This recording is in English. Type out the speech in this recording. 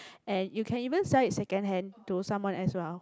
and you can even sell in second hand to someone as well